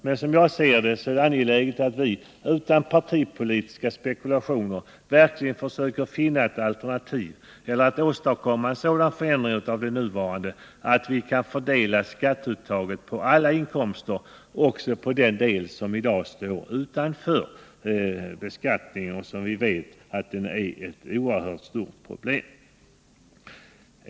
Men som jag ser det är det angeläget att vi utan partipolitiska spekulationer verkligen försöker finna ett alternativ eller att åstadkomma en sådan förändring av det nuvarande skattesystemet att vi kan fördela skatteuttaget på alla inkomster, alltså även på de inkomster som i dag står utanför beskattning, något som vi vet är ett oerhört stort problem.